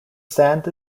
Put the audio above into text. sand